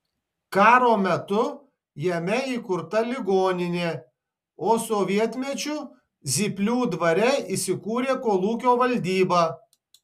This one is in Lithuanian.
karo metu jame įkurta ligoninė o sovietmečiu zyplių dvare įsikūrė kolūkio valdyba